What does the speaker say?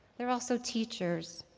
they're also teachers,